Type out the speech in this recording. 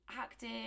active